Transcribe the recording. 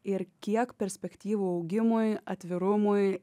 ir kiek perspektyvų augimui atvirumui